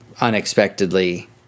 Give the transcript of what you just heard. unexpectedly